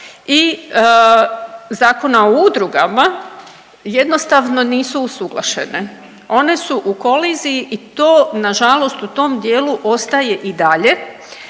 i Zakona o udrugama jednostavno nisu usluglašene, one su u koliziji i to nažalost u tom dijelu ostaje i dalje,